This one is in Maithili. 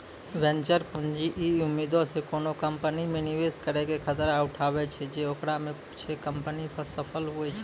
वेंचर पूंजी इ उम्मीदो से कोनो कंपनी मे निवेश करै के खतरा उठाबै छै जे ओकरा मे कुछे कंपनी सफल होतै